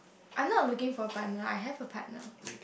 I'm not looking for a partner I have a partner